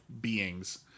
beings